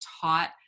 taught